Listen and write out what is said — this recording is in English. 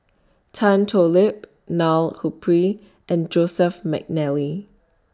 Tan Thoon Lip Neil Humphreys and Joseph Mcnally